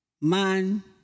Man